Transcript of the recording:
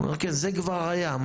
הוא אמר כן, זה כבר היה.